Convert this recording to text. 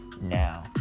now